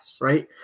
right